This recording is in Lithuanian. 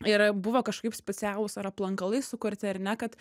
ir buvo kažkaip specialūs ar aplankalai sukurti ar ne kad